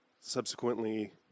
Subsequently